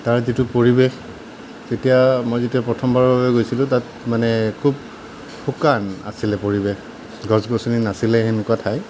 তাৰ যিটো পৰিৱেশ তেতিয়া মই যেতিয়া প্ৰথমবাৰৰ বাবে গৈছিলোঁ তাত মানে খুব শুকান আছিলে পৰিৱেশ গছ গছনি নাছিলে সেনেকুৱা ঠাই